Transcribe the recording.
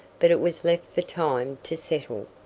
but it was left for time to settle.